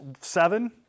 seven